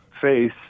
face